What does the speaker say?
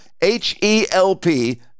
H-E-L-P